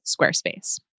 Squarespace